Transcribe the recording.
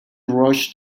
rush